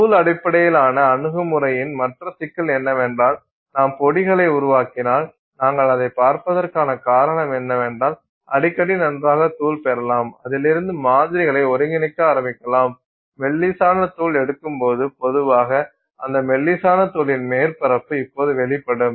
தூள் அடிப்படையிலான அணுகுமுறையின் மற்ற சிக்கல் என்னவென்றால் நாம் பொடிகளை உருவாக்கினால் நாங்கள் அதைப் பார்ப்பதற்கான காரணம் என்னவென்றால் அடிக்கடி நன்றாக தூள் பெறலாம் அதிலிருந்து மாதிரிகளை ஒருங்கிணைக்க ஆரம்பிக்கலாம் மெல்லிசான தூள் எடுக்கும்போது பொதுவாக அந்த மெல்லிசான தூளின் மேற்பரப்பு இப்போது வெளிப்படும்